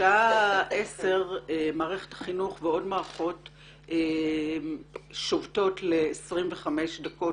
בשעה 10 מערכת החינוך ועוד מערכות שובתות ל-25 דקות